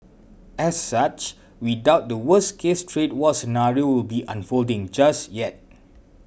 as such we doubt the worst case trade war scenario will be unfolding just yet